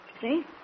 See